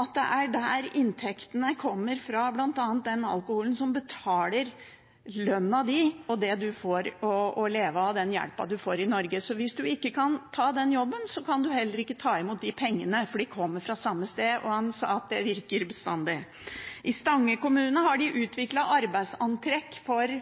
at det er der inntektene kommer fra – det er bl.a. den alkoholen som betaler lønnen din og det du får å leve av, og den hjelpen du får i Norge, så hvis du ikke kan ta den jobben, kan du heller ikke ta imot de pengene, for de kommer fra samme sted. Han sa at det virker bestandig. I Stange kommune har de utviklet arbeidsantrekk til